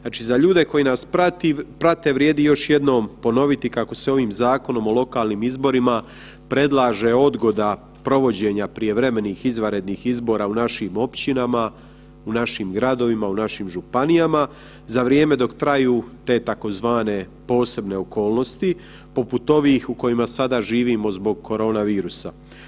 Znači za ljude koji nas prate vrijedi još jednom ponoviti kako se ovim Zakonom o lokalnim izborima predlaže odgoda provođenja prijevremenih izvanrednih izbora u našim općinama, u našim gradovima, u našim županijama za vrijeme dok traju te tzv. posebne okolnosti poput ovih u kojima sada živimo zbog korona virusa.